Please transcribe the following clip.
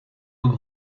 aux